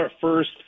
first